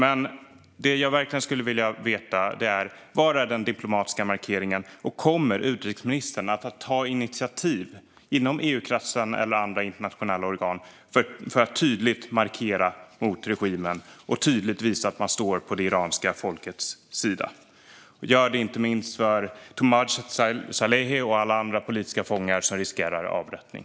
Vad jag verkligen veta är: Var är den diplomatiska markeringen, och kommer utrikesministern att ta initiativ inom EU-kretsen eller andra internationella organ för att tydligt markera mot regimen och tydligt visa att Sverige står på det iranska folkets sida? Gör detta inte minst för Toomaj Salehi och alla andra politiska fångar som riskerar avrättning.